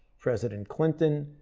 president clinton,